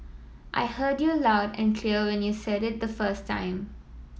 I heard you loud and clear when you said it the first time